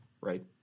right